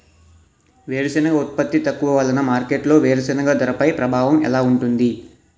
వేరుసెనగ ఉత్పత్తి తక్కువ వలన మార్కెట్లో వేరుసెనగ ధరపై ప్రభావం ఎలా ఉంటుంది?